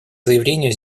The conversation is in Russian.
заявлению